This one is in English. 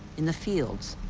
in the fields,